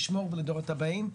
נשמור לדורות הבאים.